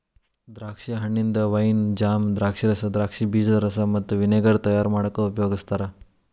ದ್ರಾಕ್ಷಿ ಹಣ್ಣಿಂದ wine, jam, ದ್ರಾಕ್ಷಿರಸ, ದ್ರಾಕ್ಷಿ ಬೇಜದ ರಸ ಮತ್ತ ವಿನೆಗರ್ ತಯಾರ್ ಮಾಡಾಕ ಉಪಯೋಗಸ್ತಾರ